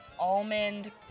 almond